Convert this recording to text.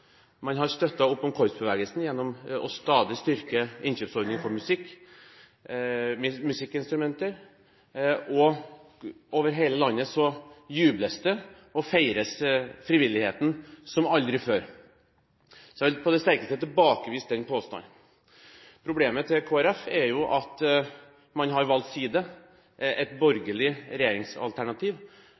Man har støttet opp om korpsbevegelsen ved stadig å styrke innkjøpsordningen for musikkinstrumenter, og over hele landet feires det og jubles som aldri før over frivilligheten. Så jeg vil på det sterkeste tilbakevise Håbrekkes påstand. Kristelig Folkepartis problem er at man har valgt side – et borgerlig regjeringsalternativ.